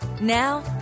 Now